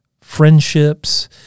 friendships